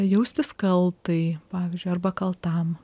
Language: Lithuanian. jaustis kaltai pavyzdžiui arba kaltam